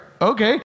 okay